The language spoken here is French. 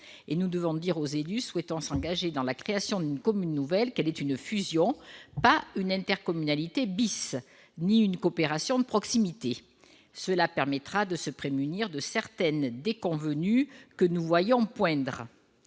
nous devons dire aux élus souhaitant s'engager dans la création d'une commune nouvelle qu'elle est une fusion, pas une intercommunalité, ni une coopération de proximité. Cela permettra de se prémunir de certaines déconvenues que nous voyons poindre.